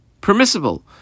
permissible